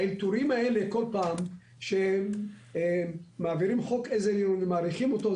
האלתורים האלה שבכל פעם מעבירים חוק עזר עירוני ומאריכים אותו,